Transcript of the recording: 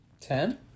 Ten